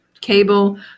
cable